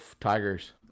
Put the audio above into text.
Tigers